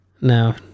no